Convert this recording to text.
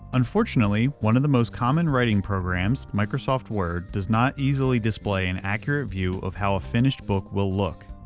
unfortunately, one of the most common writing programs, microsoft word, does not easily display an accurate view of how ah finished book will look.